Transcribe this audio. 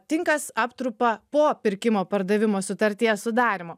tinkas aptrupa po pirkimo pardavimo sutarties sudarymo